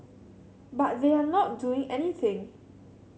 but they are not doing anything